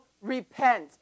repent